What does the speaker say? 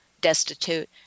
destitute